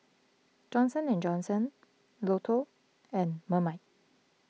Johnson and Johnson Lotto and Marmite